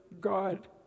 God